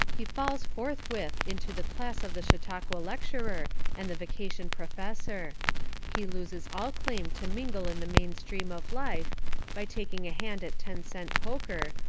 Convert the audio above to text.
he falls forth with into the class of the chautauqua lecturer and the vacation professor he loses all claim to mingle in the main stream of life by taking a hand at ten-cent poker,